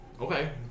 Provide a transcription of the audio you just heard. Okay